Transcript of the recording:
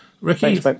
Ricky